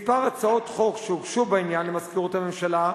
מספר הצעות חוק שהוגשו בעניין למזכירות הממשלה,